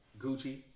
Gucci